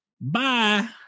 Bye